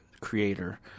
creator